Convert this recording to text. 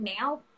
now